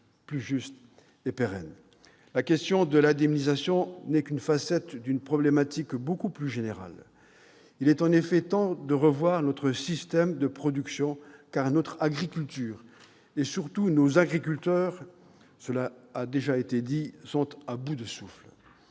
plus juste et pérenne. La question de l'indemnisation n'est qu'une facette d'une problématique beaucoup plus générale. Il est en effet temps de revoir notre système de production, car notre agriculture et, surtout, nos agriculteurs sont à bout de souffle.